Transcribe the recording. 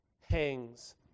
hangs